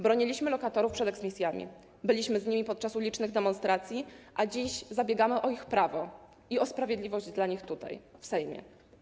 Broniliśmy lokatorów przed eksmisjami, byliśmy z nimi podczas ulicznych demonstracji, a dziś bronimy ich praw i zabiegamy o sprawiedliwość dla nich tutaj, w Sejmie.